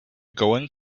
going